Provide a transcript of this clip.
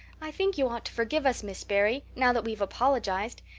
i think you ought to forgive us, miss barry, now that we've apologized.